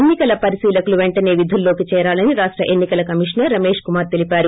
ఎన్ని కల పరిశీలకులు పెంటసే విధుల్లోకి చేరాలని రాష్ట ఎన్ని కల కమిషనర్ రమేష్కుమార్ తెలిపారు